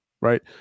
right